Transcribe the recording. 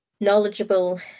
knowledgeable